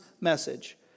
message